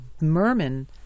Merman